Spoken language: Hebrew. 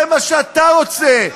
זה מה שאתה רוצה.